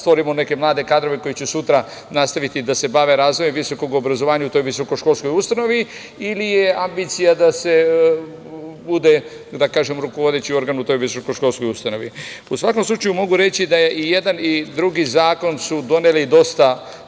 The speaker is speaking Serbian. stvorimo neke mlade kadrove koji će sutra nastaviti da se bave razvojem visokog obrazovanja u toj visokoškolskoj ustanovi ili je ambicija da se bude rukovodeći organ u toj visokoškolskoj ustanovi. U svakom slučaju, mogu reći da su i jedan i drugi zakon doneli dosta